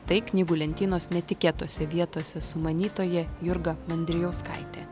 tai knygų lentynos netikėtose vietose sumanytoja jurga mandrijauskaitė